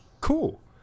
cool